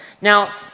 Now